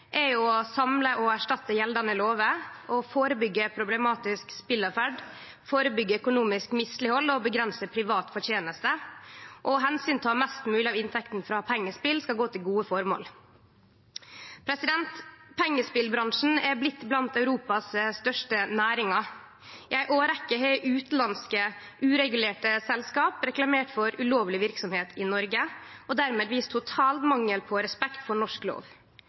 erstatte gjeldande lover og førebyggje problematisk speleåtferd, førebyggje økonomisk misleghald, avgrense privat forteneste og ta omsyn til at mest mogleg av inntektene frå pengespel skal gå til gode føremål. Pengespelbransjen er blitt blant Europas største næringar. I ei årrekkje har utanlandske uregulerte selskap reklamert for ulovleg verksemd i Noreg og dermed vist total mangel på respekt for norsk lov.